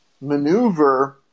maneuver